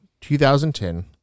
2010